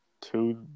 Two